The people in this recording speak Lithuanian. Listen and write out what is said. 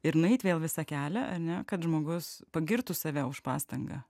ir nueit vėl visą kelią ane kad žmogus pagirtų save už pastangą